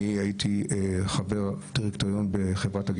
אני הייתי חבר דירקטוריון בתאגיד המים